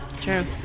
True